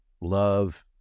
love